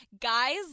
Guys